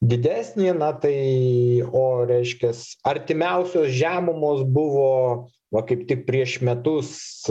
didesnė na tai o reiškias artimiausios žemumos buvo kaip tik prieš metus